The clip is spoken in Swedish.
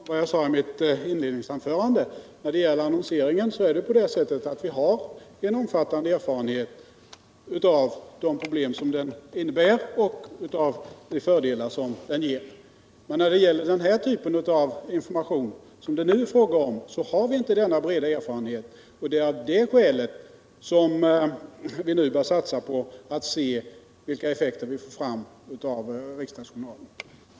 Herr talman! Jag vill påminna om vad jag sade i mitt inledningsanförande. När det gäller annonseringen har vi en omfattande erfarenhet av de problem som den innebär och de fördelar som den ger. När det gäller den typ av information det nu är fråga om har vi inte denna breda erfarenhet. Av det skälet skall vi nu satsa på att se vilka effekter vi får fram av riksdagsjournalen.